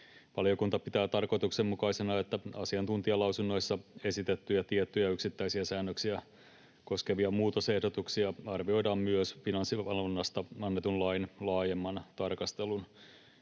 Valiokunta pitää tarkoituksenmukaisena, että asiantuntijalausunnoissa esitettyjä tiettyjä yksittäisiä säännöksiä koskevia muutosehdotuksia arvioidaan myös Finanssivalvonnasta annetun lain laajemman tarkastelun